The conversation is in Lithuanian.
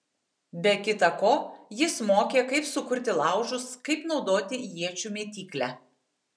be kita ko jis mokė kaip sukurti laužus kaip naudoti iečių mėtyklę